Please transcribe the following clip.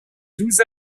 douze